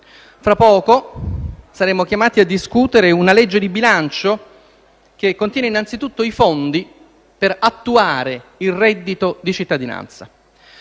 Fra poco saremo chiamati a discutere una legge di bilancio che contiene innanzitutto i fondi per attuare il reddito di cittadinanza: